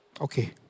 Okay